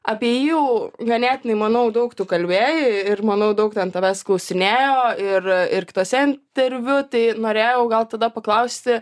apie jį jau ganėtinai manau daug tu kalbėjai ir manau daug ten tavęs klausinėjo ir ir kituose interviu tai norėjau gal tada paklausti